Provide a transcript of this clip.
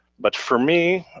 but for me,